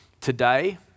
today